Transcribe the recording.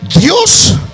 ¿Dios